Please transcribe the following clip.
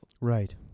Right